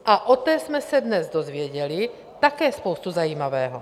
A o té jsme se dnes dozvěděli také spoustu zajímavého.